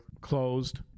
closed